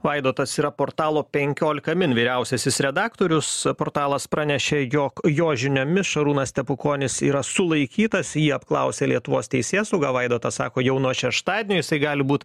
vaidotas yra portalo penkiolika min vyriausiasis redaktorius portalas pranešė jog jo žiniomis šarūnas stepukonis yra sulaikytas jį apklausė lietuvos teisėsauga vaidotas sako jau nuo šeštadienio jisai gali būt